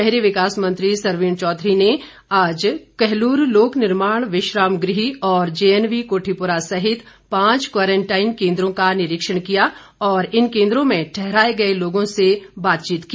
शहरी विकास मंत्री सरवीण चौधरी ने आज कहलूर लोक निर्माण विश्राम गृह और जेएनवी कोठीपुरा सहित पांच क्वारंटाईन केंद्रों का निरीक्षण किया और इन केंद्रों में ठहराए गए लोगों से बातचीत की